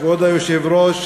כבוד היושב-ראש,